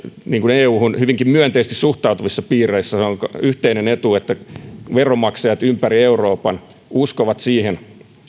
euhun hyvinkin myönteisesti suhtautuvissa piireissä on yhteinen etu että veronmaksajat ympäri euroopan uskovat siihen